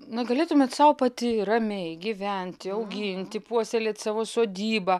na galėtumėt sau pati ramiai gyventi auginti puoselėt savo sodybą